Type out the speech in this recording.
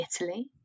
Italy